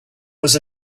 was